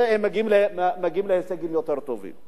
הם מגיעים להישגים יותר טובים.